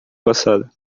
passada